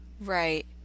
right